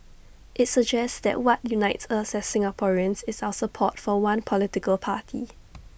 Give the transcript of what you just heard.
IT suggests that what unites us as Singaporeans is our support for one political party